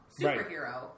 superhero